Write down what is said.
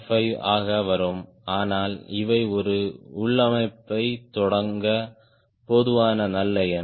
5 ஆக வரும் ஆனால் இவை ஒரு உள்ளமைவைத் தொடங்க போதுமான நல்ல எண்